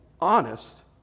honest